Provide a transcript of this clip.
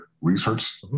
research